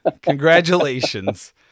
congratulations